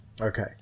Okay